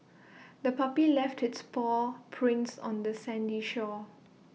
the puppy left its paw prints on the sandy shore